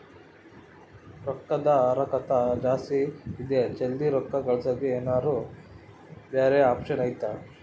ರೊಕ್ಕದ ಹರಕತ್ತ ಜಾಸ್ತಿ ಇದೆ ಜಲ್ದಿ ರೊಕ್ಕ ಕಳಸಕ್ಕೆ ಏನಾರ ಬ್ಯಾರೆ ಆಪ್ಷನ್ ಐತಿ?